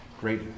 great